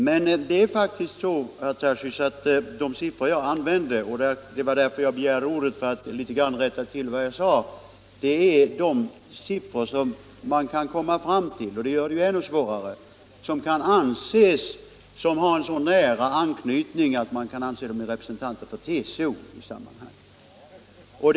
Men det är faktiskt så, herr Tarschys, att de siffror som man kan komma fram till och som jag nämnde avser sådana representanter som har så nära anknytning till tjänstemannarörelsen, att man möjligen kan anse dem vara representanter för TCO i sammanhanget.